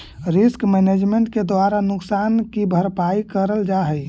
risk management के द्वारा नुकसान की भरपाई करल जा हई